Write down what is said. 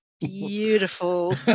Beautiful